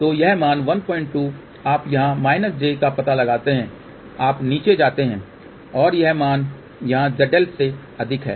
तो यह मान 12 आप यहाँ j का पता लगाते हैं आप नीचे जाते हैं और यह मान यहाँ zL से अधिक है